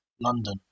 London